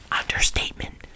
understatement